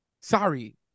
sorry